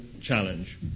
challenge